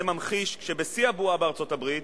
זה ממחיש שבשיא הבועה בארצות-הברית